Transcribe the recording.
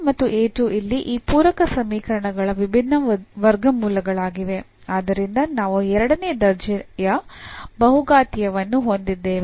ಮತ್ತು ಇಲ್ಲಿ ಈ ಪೂರಕ ಸಮೀಕರಣಗಳ ವಿಭಿನ್ನ ವರ್ಗಮೂಲಗಳಾಗಿವೆ ಆದ್ದರಿಂದ ನಾವು ಎರಡನೇ ದರ್ಜೆಯ ಬಹುಘಾತೀಯವನ್ನು ಹೊಂದಿದ್ದೇವೆ